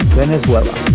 venezuela